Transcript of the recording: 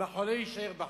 אם החולה יישאר בחיים.